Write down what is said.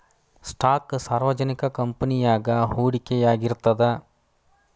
stock ಸಾರ್ವಜನಿಕ ಕಂಪನಿಯಾಗ ಹೂಡಿಕೆಯಾಗಿರ್ತದ